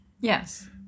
yes